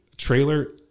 trailer